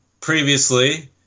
Previously